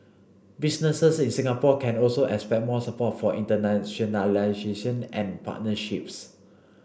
businesses in Singapore can also expect more support for internationalisation and partnerships